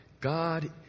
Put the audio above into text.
God